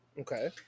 Okay